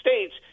States –